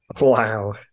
Wow